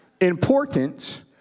importance